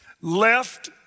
Left